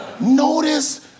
Notice